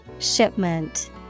shipment